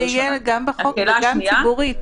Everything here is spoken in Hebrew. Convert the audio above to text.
חשוב שזה יהיה גם בחוק וגם ציבורית.